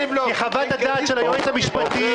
כי חוות הדעת של היועץ המשפטי,